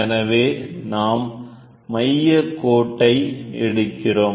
எனவே நாம் மைய கோட்டை எடுக்கிறோம்